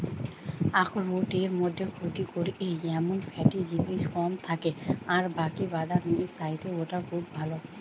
আখরোটের মধ্যে ক্ষতি করে এমন ফ্যাট জিনিস কম থাকে আর বাকি বাদামের চাইতে ওটা খুব ভালো